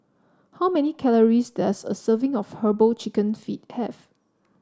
how many calories does a serving of herbal chicken feet have